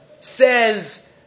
says